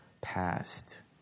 past